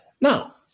Now